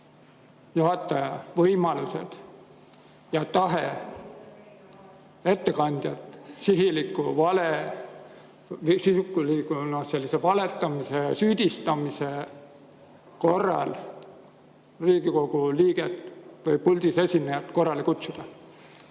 juhataja võimalused ja tahe ettekandjat sihiliku valetamise ja sellise süüdistamise korral Riigikogu liiget või puldis esinejat korrale kutsuda.